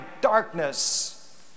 darkness